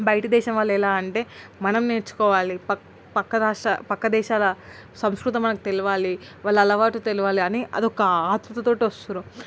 బయట దేశం వాళ్ళు ఎలా అంటే మనం నేర్చుకోవాలి పక్క పక్క రాష్ట్ర పక్క దేశాలు సంస్కృతీ మనకు తెలవాలి వాళ్ళ అలవాటు తెలవాలి అని అదొక ఆత్రుతతో వస్తున్నారు